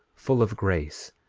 full of grace,